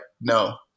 no